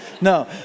No